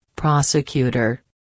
Prosecutor